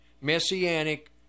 messianic